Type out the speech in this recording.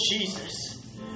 Jesus